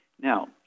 now